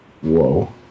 Whoa